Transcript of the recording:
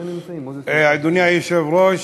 אדוני היושב-ראש,